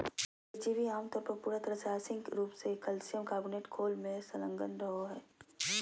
परिजीवी आमतौर पर पूरा तरह आंशिक रूप से कइल्शियम कार्बोनेट खोल में संलग्न रहो हइ